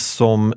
som